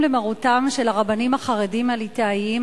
למרותם של הרבנים החרדים הליטאיים.